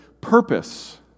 purpose